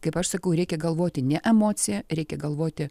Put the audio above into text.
kaip aš sakau reikia galvoti ne emocija reikia galvoti